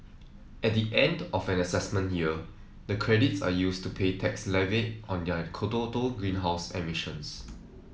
at the end of an assessment year the credits are used to pay tax levied on their greenhouse emissions